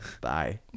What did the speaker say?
bye